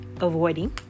avoiding